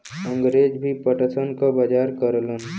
अंगरेज भी पटसन क बजार करलन